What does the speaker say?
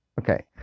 Okay